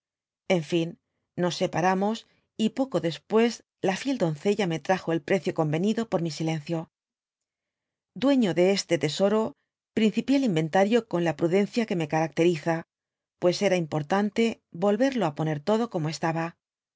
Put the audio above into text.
en fin nos separamos y poco después la fiel doncella me trajo el precio conyenido por mi silencio dueño de este tesoro principid el inyentario coa la pnidmcia que me caracteriza pues era importante volverlo á poner todo como estaba